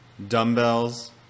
dumbbells